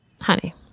honey